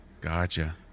Gotcha